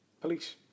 police